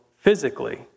physically